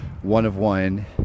one-of-one